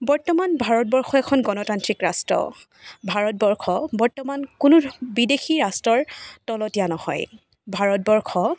বৰ্তমান ভাৰতবৰ্ষ এখন গণতান্ত্ৰিক ৰাষ্ট্ৰ ভাৰতবৰ্ষ বৰ্তমান কোনো বিদেশী ৰাষ্ট্ৰৰ তলতীয়া নহয় ভাৰতবৰ্ষ